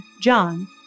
John